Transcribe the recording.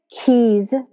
keys